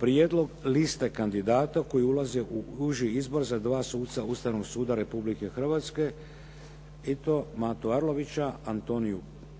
prijedlog liste kandidata koji ulaze u uži izbor za dva suca Ustavnog suda Republike Hrvatske i to: Matu Arlovića, Antoniju